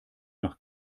nach